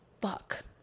fuck